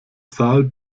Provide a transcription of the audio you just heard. saal